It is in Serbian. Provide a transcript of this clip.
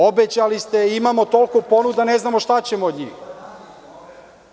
Obećali ste, imamo toliko ponuda, ne znamo šta ćemo od njih.